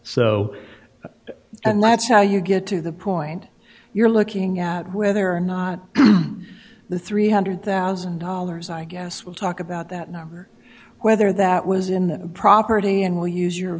so and that's how you get to the point you're looking at whether or not the three hundred thousand dollars i guess will talk about that number whether that was in that property and will use your